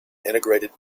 integrated